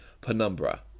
Penumbra